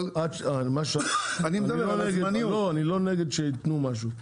אבל --- אני לא נגד שיתנו משהו.